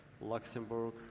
Luxembourg